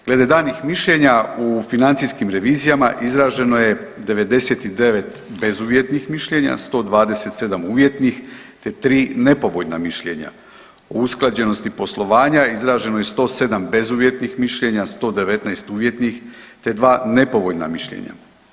Glede danih mišljenja u financijskim revizijama izraženo je 99 bezuvjetnih mišljenja, 127 uvjetnih, te 3 nepovoljna mišljenja, u usklađenosti poslovanja izraženo je 107 bezuvjetnih mišljenja, 119 uvjetnih, te 2 nepovoljna mišljenja.